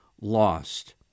lost